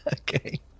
okay